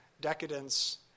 decadence